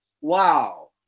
wow